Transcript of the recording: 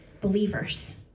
believers